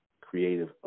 creative